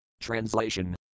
Translation